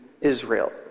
Israel